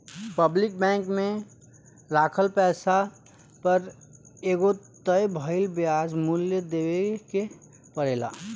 public bank में राखल पैसा पर एगो तय भइल ब्याज मूल्य देवे के परेला